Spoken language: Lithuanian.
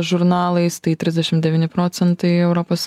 žurnalais tai trisdešim devyni procentai europos